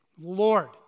Lord